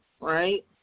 right